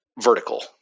vertical